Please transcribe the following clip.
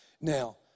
Now